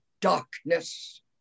darkness